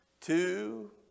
two